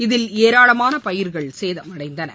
இதில் ஏராளமான பயிர்கள் சேதமடைந்தன